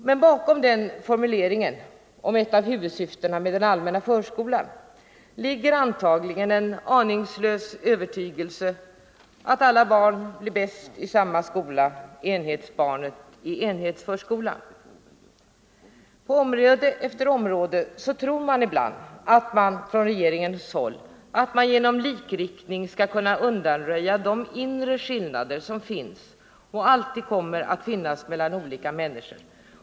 Men bakom den formuleringen om ett av huvudsyftena med den allmänna förskolan ligger antagligen en aningslös övertygelse att alla barn blir bäst i samma skola: enhetsbarnet i enhetsförskolan. På område efter område tycks man från regeringens håll tro att man genom likriktning skall kunna undanröja de inre skillnader som finns och alltid kommer att finnas mellan olika människor.